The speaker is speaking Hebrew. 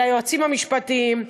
ליועצים המשפטיים,